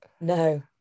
no